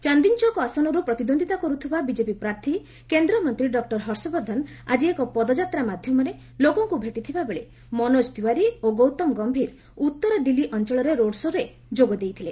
ଚାନ୍ଦିନୀଚୌକ୍ ଆସନରୁ ପ୍ରତିଦ୍ୱନ୍ଦ୍ୱିତା କରୁଥିବା ବିଜେପି ପ୍ରାର୍ଥୀ କେନ୍ଦ୍ରମନ୍ତ୍ରୀ ଡକ୍ଟର ହର୍ଷବର୍ଦ୍ଧନ ଆଜି ଏକ ପଦଯାତ୍ରା ମାଧ୍ୟମରେ ଲୋକଙ୍କୁ ଭେଟିଥିବା ବେଳେ ମନୋକ ତିୱାରୀ ଓ ଗୌତମ ଗୟୀର ଉତ୍ତର ଦିଲ୍ଲୀ ଅଞ୍ଚଳରେ ରୋଡ୍ ଶୋ'ରେ ଯୋଗ ଦେଇଥିଲେ